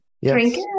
yes